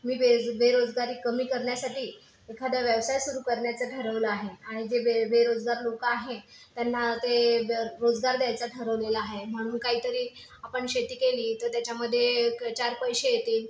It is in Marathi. मी बेरोजगारी कमी करण्यासाठी एखादा व्यवसाय सुरु करण्याचं ठरवलं आहे आणि ते बे बेरोजगार लोकं आहेत त्यांना ते रोजगार द्यायचं ठरवलेलं आहे म्हणून काहीतरी आपण शेती केली तर त्याच्यामध्ये चार पैसे येतील